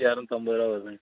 இரநூத்தம்பது ரூவா வருதுங்க